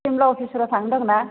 सिमला अफिसफोराव थांनो दंना